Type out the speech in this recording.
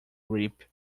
reap